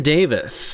Davis